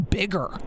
bigger